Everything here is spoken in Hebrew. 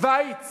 שווייץ